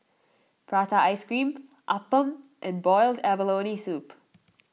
Prata Ice Cream Appam and Boiled Abalone Soup